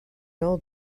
old